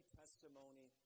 testimony